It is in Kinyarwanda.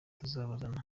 tuzabana